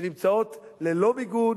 שנמצאות ללא מיגון,